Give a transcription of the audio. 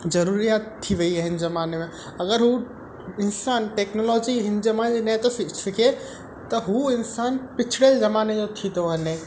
ज़रूरी आहे थी वई आहे हिन ज़माने में अगरि हू इंसान टैक्नोलॉजी हिन ज़माने में त सिखे त हू इंसान पिछिड़े ज़माने जो थी थो वञे